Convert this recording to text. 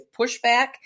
pushback